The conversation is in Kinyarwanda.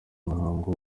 muhango